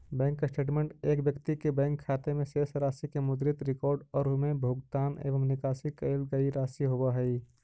bank statement एक व्यक्ति के बैंक खाते में शेष राशि के मुद्रित रिकॉर्ड और उमें भुगतान एवं निकाशी कईल गई राशि होव हइ